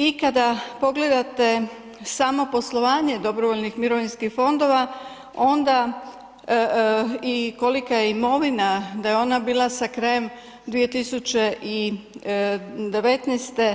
I kada pogledate samo poslovanje dobrovoljnih mirovinskih fondova onda i kolika je imovina, da je ona bila sa krajem 2019.